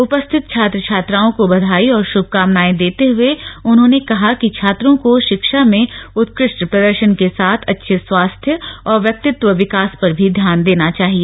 उपस्थित छात्र छात्राओं को बधाई और श्रभकामनाएं देते हए उन्होंने कहा कि छात्रों को शिक्षा में उत्कृष्ट प्रदर्शन के साथ अच्छे स्वास्थ्य और व्यक्तित्व विकास पर भी ध्यान देना चाहिए